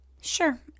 sure